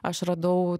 aš radau